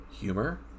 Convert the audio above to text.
humor